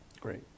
Great